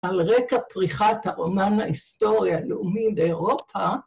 על רקע פריחת הרומן ההיסטורי הלאומי באירופה